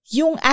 yung